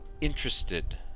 interested